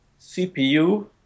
CPU